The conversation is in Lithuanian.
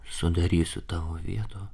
sudarysiu tavo vietų